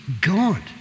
God